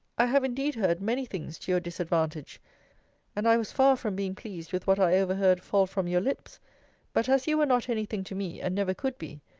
i have indeed heard many things to your disadvantage and i was far from being pleased with what i overheard fall from your lips but as you were not any thing to me, and never could be,